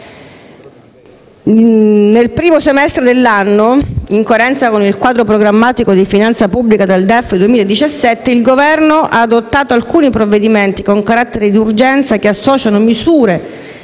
Nel primo semestre dell'anno, in coerenza con il quadro programmatico di finanza pubblica del DEF 2017, il Governo ha adottato alcuni provvedimenti con carattere di urgenza che associano misure